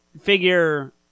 figure